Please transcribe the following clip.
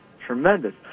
Tremendous